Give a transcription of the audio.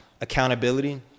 Accountability